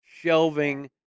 shelving